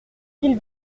qu’il